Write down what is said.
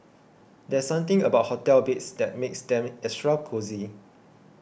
there's something about hotel beds that makes them extra cosy